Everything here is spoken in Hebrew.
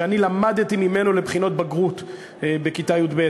שאני למדתי ממנו לבחינות בגרות בכיתה י"ב.